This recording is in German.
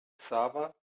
xaver